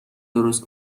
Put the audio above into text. درست